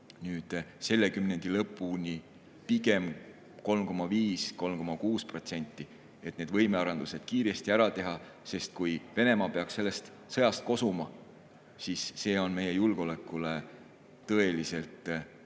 selle kümnendi lõpuni pigem 3,5–3,6%, et need võimearendused kiiresti ära teha, sest kui Venemaa peaks sellest sõjast kosuma, siis see on meie julgeolekule tõeliselt ohtlik.